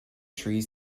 trees